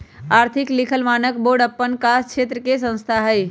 आर्थिक लिखल मानक बोर्ड अप्पन कास क्षेत्र के संस्था हइ